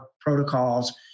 protocols